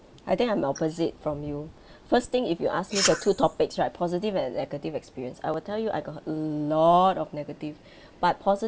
I think I'm the opposite from you first thing if you ask me the two topics right positive and negative experience I will tell you I got a lot of negative but posi~